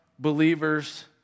believers